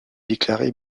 déclarée